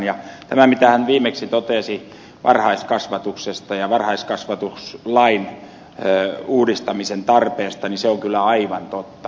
tämä mitä hän viimeksi totesi varhaiskasvatuksesta ja varhaiskasvatuslain uudistamisen tarpeesta on kyllä aivan totta